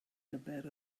gyfer